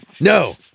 No